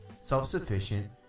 self-sufficient